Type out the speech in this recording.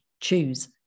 choose